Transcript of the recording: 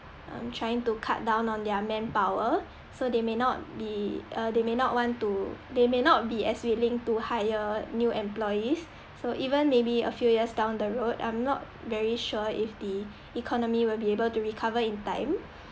um trying to cut down on their manpower so they may not be uh they may not want to they may not be as willing to hire new employees so even maybe a few years down the road I'm not very sure if the economy will be able to recover in time